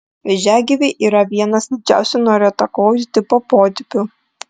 vėžiagyviai yra vienas didžiausių nariuotakojų tipo potipių